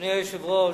אדוני היושב-ראש,